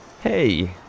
Hey